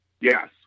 yes